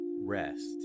rest